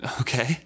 Okay